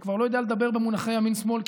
אני כבר לא יודע לדבר במונחי ימין שמאל,